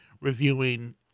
reviewing